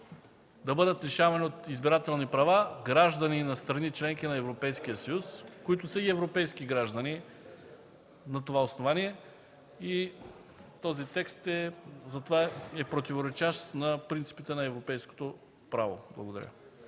да бъдат лишавани от избирателни права граждани на страни – членки на Европейския съюз, които са и европейски граждани на това основание. Затова този текст е противоречащ на принципите на европейското право. Благодаря.